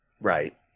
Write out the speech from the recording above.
Right